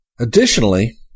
Additionally